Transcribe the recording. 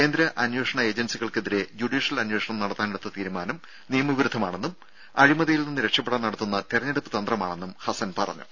കേന്ദ്ര അന്വേഷണ ഏജൻസികൾക്കെതിരെ ജുഡീഷ്യൽ അന്വേഷണം നടത്താനെടുത്ത തീരുമാനം നിയമ വിരുദ്ധമാണെന്നും അഴിമതിയിൽ നിന്ന് രക്ഷപ്പെടാൻ നടത്തുന്ന തെരഞ്ഞെടുപ്പ് തന്ത്രമാണെന്നും ഹസ്സൻ പറഞ്ഞു